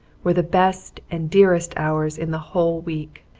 were the best and dearest hours in the whole week.